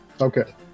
Okay